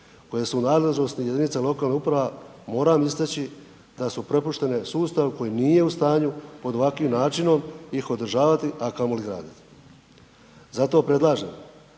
koje su u nadležnosti jedinica lokalnih uprava, moram istaći da su prepuštene sustavu koji nije u stanju pod ovakvim načinom iz održavati a kamoli graditi. Zato predlažem